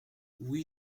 oui